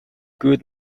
good